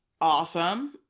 Awesome